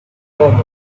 form